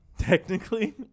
Technically